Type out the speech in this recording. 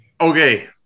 Okay